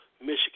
Michigan